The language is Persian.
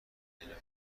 اینا، که